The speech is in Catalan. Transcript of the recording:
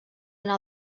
una